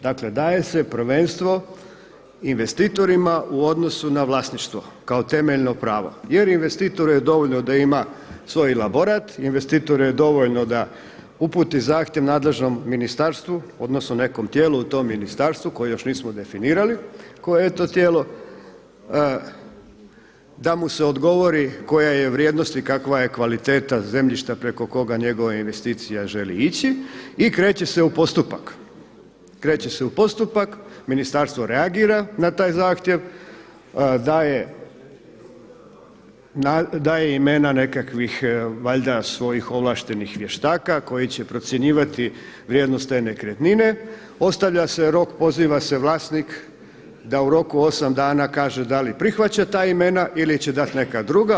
Dakle daje se prvenstveno investitorima u odnosnu na vlasništvo kao temeljno pravo jer investitoru je dovoljno da ima svoj elaborat, investitoru je dovoljno da uputi zahtjev nadležnom ministarstvu odnosno nekom tijelu u tom ministarstvu koje još nismo definirali koje je to tijelo, da mu se odgovori koja je vrijednost i kakva je kvaliteta zemljišta preko koga njegova investicija želi ići i kreće se u postupak, Ministarstvo reagira na taj zahtjev, daje imena nekakvih valjda svojih ovlaštenih vještaka koji će procjenjivati vrijednost te nekretnine, ostavlja se rok, poziva se vlasnik da u roku osam dana kaže da li prihvaća ta imena ili će dati neka druga.